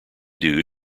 due